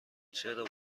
چرا